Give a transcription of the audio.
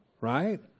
right